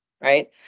right